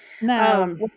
No